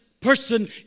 person